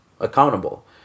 accountable